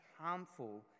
harmful